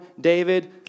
David